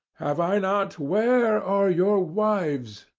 have i not? where are your wives?